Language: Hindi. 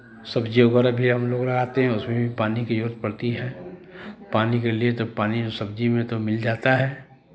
सब्जी वगैरह भी हम लोग लगाते हैं उसमें भी पानी की ज़रूरत पड़ती है पानी के लिए जब पानी सब्जी में तो मिल जाता है